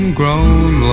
grown